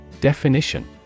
Definition